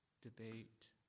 debate